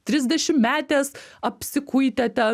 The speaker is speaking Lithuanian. trisdešimtmetės apsikuitę ten